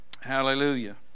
Hallelujah